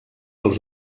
els